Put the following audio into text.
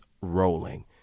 rolling